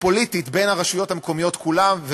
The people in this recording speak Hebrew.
הפוליטית בין הרשויות המקומיות כולן,